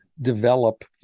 develop